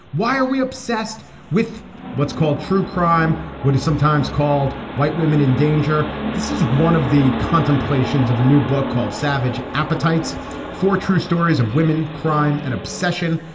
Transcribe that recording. why are we obsessed with what's called true crime. what is sometimes called white women in danger. this is one of the contemplations of a new book called savage appetites for true stories of women crime and obsession.